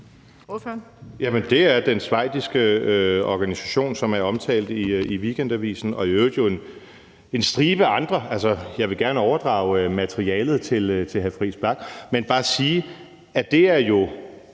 Det er den schweiziske organisation, som er omtalt i Weekendavisen og jo i øvrigt en stribe andre aviser. Jeg vil gerne overdrage materialet til hr. Christian